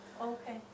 Okay